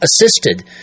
assisted